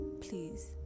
please